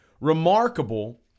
remarkable